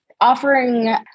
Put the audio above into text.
offering